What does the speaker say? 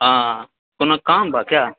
हाँ कोनो काम बा क्या